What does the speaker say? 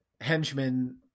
henchmen